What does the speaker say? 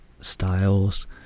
styles